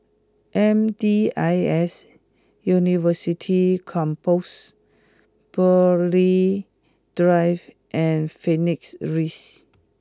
M D I S University Campus Burghley Drive and Phoenix Raise